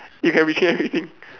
you can retrain everything